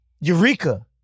Eureka